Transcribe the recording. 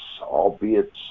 albeit